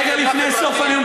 רגע לפני סוף הנאום,